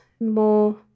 more